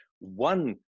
one